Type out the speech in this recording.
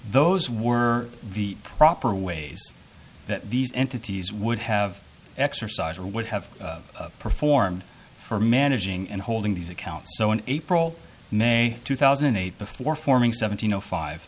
those were the proper ways that these entities would have exercised or would have performed for managing and holding these accounts so in april may two thousand and eight before forming seventeen o five